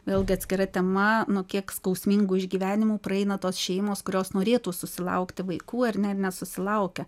vėlgi atskira tema nu kiek skausmingų išgyvenimų praeina tos šeimos kurios norėtų susilaukti vaikų ar ne ir nesusilaukia